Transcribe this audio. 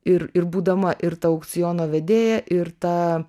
ir ir būdama ir ta aukciono vedėja ir ta